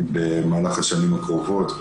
במהלך השנים הקרובות.